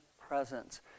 presence